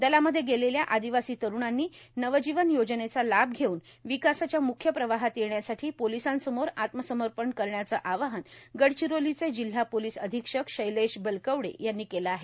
दलामध्ये गेलेल्या आदिवासी तरूणांनी नवजीवन योजनेचा लाभ घेऊन विकासाच्या मुख्य प्रवाहात येण्यासाठी पोलिसांसमोर आत्मसमर्पण करण्याचं आवाहन गडचिरोलीचे जिल्हा पोलीस अधिक्षक शैलेश बलकवडे यांनी केलं आहे